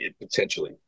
potentially